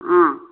ஆமாம்